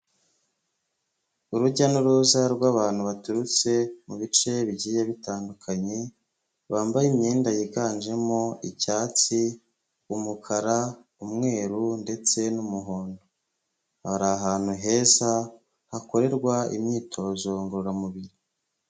Urujya n'uruza rw'abantu baturutse mu bice bigiye bitandukanye bambaye imyenda yiganjemo icyatsi, umukara, umweru ndetse n'umuhondo bari ahantu heza hakorerwa imyitozo ngororamubiri.